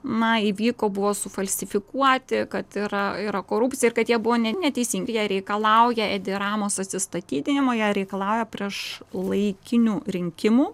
na įvyko buvo sufalsifikuoti kad yra yra korupcija ir kad jie buvo ne neteisingi jie reikalauja edi ramos atsistatydinimo jie reikalauja prieš laikinių rinkimų